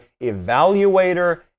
evaluator